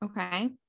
Okay